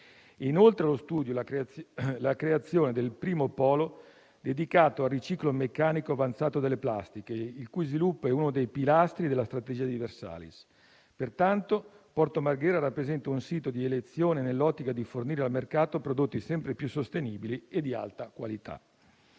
inoltre allo studio la creazione del primo polo dedicato al riciclo meccanico avanzato delle plastiche, il cui sviluppo è uno dei pilastri della strategia di Versalis. Porto Marghera rappresenta pertanto un sito di elezione nell'ottica di fornire al mercato prodotti sempre più sostenibili e di alta qualità.